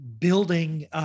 building